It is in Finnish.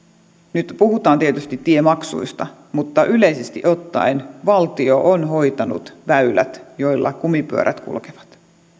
nyt puhutaan tietysti tiemaksuista mutta yleisesti ottaen valtio on hoitanut väylät joilla kumipyörät kulkevat